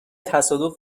تصادف